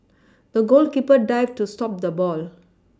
the goalkeeper dived to stop the ball